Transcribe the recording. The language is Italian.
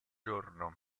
giorno